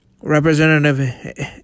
Representative